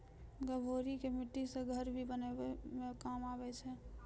गभोरी से मिट्टी रो घर भी बनाबै मे काम करै छै